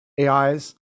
ais